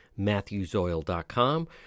matthewsoil.com